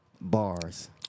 Bars